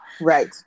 right